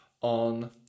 on